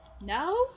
No